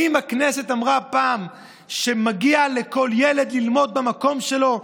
האם הכנסת אמרה פעם שמגיע לכל ילד ללמוד במקום שלו,